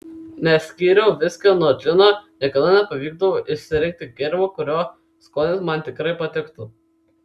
neskyriau viskio nuo džino niekada nepavykdavo išsirinkti gėrimo kurio skonis man tikrai patiktų